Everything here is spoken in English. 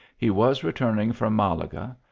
he was returning from malaga,